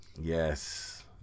Yes